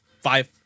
five